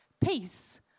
peace